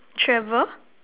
travel